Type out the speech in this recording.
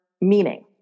meaning